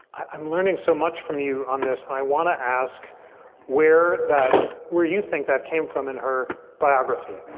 i'm learning so much from you on this. i want to ask where that where you think that came from in her biography.